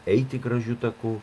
eiti gražiu taku